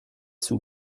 sous